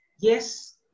yes